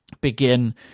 begin